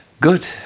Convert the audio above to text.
Good